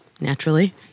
Naturally